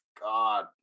god